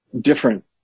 different